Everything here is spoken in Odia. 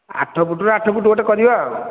ଆଠ ଫୁଟ୍ରୁ ଆଠ ଫୁଟ୍ ଗୋଟେ କରିବା ଆଉ